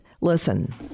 Listen